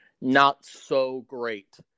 not-so-great